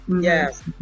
yes